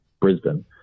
Brisbane